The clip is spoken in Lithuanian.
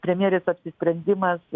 premjerės apsisprendimas